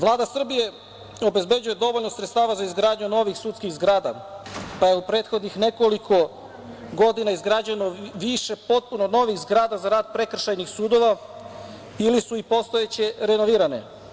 Vlada Srbije obezbeđuje dovoljno sredstava za izgradnju novih sudskih zgrada, pa je u prethodnih nekoliko godina izgrađeno više potpuno novih zgrada za rad prekršajnih sudova ili su postojeće renovirane.